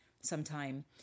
sometime